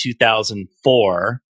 2004